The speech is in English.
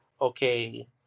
okay